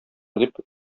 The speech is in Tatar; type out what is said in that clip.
дип